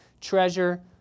treasure